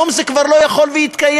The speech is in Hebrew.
כיום זה כבר לא יכול להתקיים.